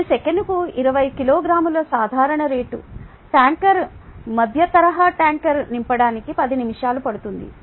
ఇది సెకనుకు 20 కిలోగ్రాముల సాధారణ రేటు ట్యాంకర్ మధ్యతరహా ట్యాంకర్ నింపడానికి 10 నిమిషాలు పడుతుంది